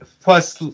Plus